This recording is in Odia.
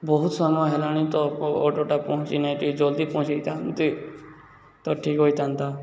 ବହୁତ ସମୟ ହେଲାଣି ତ ଅର୍ଡ଼ର୍ଟା ପହଞ୍ଚି ନାହିଁ ଟିକେ ଜଲ୍ଦି ପହଞ୍ଚାଇଥାନ୍ତି ତ ଠିକ୍ ହୋଇଥାନ୍ତା